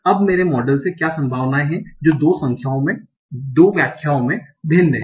अब मेरे मॉडल से क्या संभावनाएं हैं जो 2 व्याख्याओं में भिन्न हैं